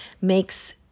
makes